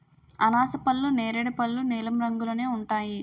అనాసపళ్ళు నేరేడు పళ్ళు నీలం రంగులోనే ఉంటాయి